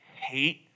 hate